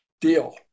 Deal